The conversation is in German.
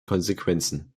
konsequenzen